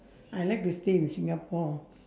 I like to stay in singapore